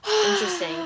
Interesting